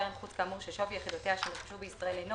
קרן חוץ כאמור ששווי יחידותיה שנרכשו בישראל אינו